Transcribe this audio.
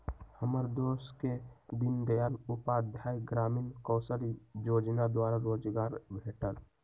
हमर दोस के दीनदयाल उपाध्याय ग्रामीण कौशल जोजना द्वारा रोजगार भेटल